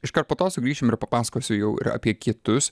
iškart po to sugrįšim ir papasakosiu jau ir apie kitus